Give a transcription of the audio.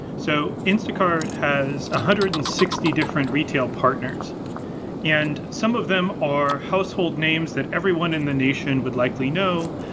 so instacart has one ah hundred and sixty different retail partners and some of them are household names that everyone in the nation would likely know.